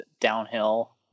downhill